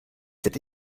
cette